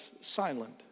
silent